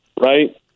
Right